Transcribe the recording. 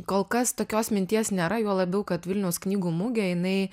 kol kas tokios minties nėra juo labiau kad vilniaus knygų mugė jinai